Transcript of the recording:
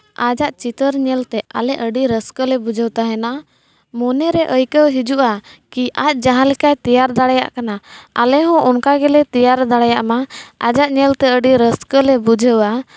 ᱟᱡᱟᱜ ᱪᱤᱛᱟᱹᱨ ᱧᱮᱞᱛᱮ ᱟᱞᱮ ᱟᱹᱰᱤ ᱨᱟᱹᱥᱠᱟᱹᱞᱮ ᱵᱩᱡᱷᱟᱹᱣ ᱛᱟᱦᱮᱱᱟ ᱢᱚᱱᱮᱨᱮ ᱟᱹᱭᱠᱟᱹᱣ ᱦᱤᱡᱩᱜᱼᱟ ᱠᱤ ᱟᱡ ᱡᱟᱦᱟᱸ ᱞᱮᱠᱟᱭ ᱛᱮᱭᱟᱨ ᱫᱟᱲᱮᱭᱟᱜ ᱠᱟᱱᱟ ᱟᱞᱮ ᱦᱚᱸ ᱚᱱᱠᱟ ᱜᱮᱞᱮ ᱛᱮᱭᱟᱨ ᱫᱟᱲᱮᱭᱟᱜ ᱢᱟ ᱟᱡᱟᱜ ᱧᱮᱞ ᱛᱮ ᱟᱹᱰᱤ ᱨᱟᱹᱥᱠᱟᱹ ᱞᱮ ᱵᱩᱡᱷᱟᱹᱣᱟ